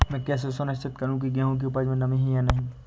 मैं कैसे सुनिश्चित करूँ की गेहूँ की उपज में नमी है या नहीं?